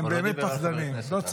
הם באמת פחדנים ------ על השרים,